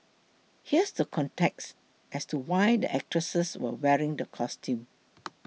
here's the context as to why the actresses were wearing the costumes